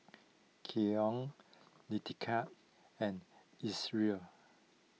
Keon Letica and Isreal